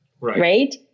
right